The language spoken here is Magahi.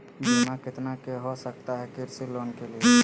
बीमा कितना के हो सकता है कृषि लोन के लिए?